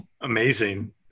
Amazing